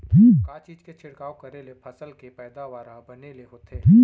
का चीज के छिड़काव करें ले फसल के पैदावार ह बने ले होथे?